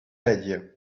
idea